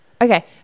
Okay